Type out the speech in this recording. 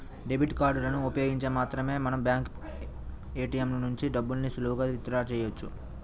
debit కార్డులను ఉపయోగించి మాత్రమే మనం బ్యాంకు ఏ.టీ.యం ల నుంచి డబ్బుల్ని సులువుగా విత్ డ్రా చెయ్యొచ్చు